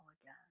again